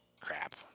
Crap